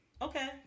Okay